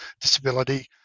disability